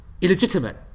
illegitimate